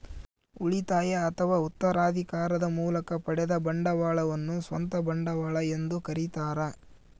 ಉಳಿತಾಯ ಅಥವಾ ಉತ್ತರಾಧಿಕಾರದ ಮೂಲಕ ಪಡೆದ ಬಂಡವಾಳವನ್ನು ಸ್ವಂತ ಬಂಡವಾಳ ಎಂದು ಕರೀತಾರ